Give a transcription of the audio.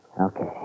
Okay